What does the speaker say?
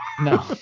No